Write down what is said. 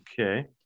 Okay